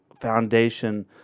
foundation